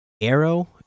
arrow